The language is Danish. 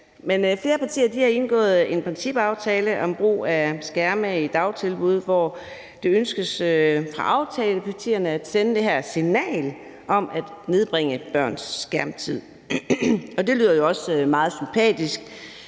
Flere partier har indgået en principaftale om brug af skærme i dagtilbud, hvor det ønskes fra aftalepartiernes side at sende det her signal om at nedbringe børns skærmtid. Det lyder jo også meget sympatisk,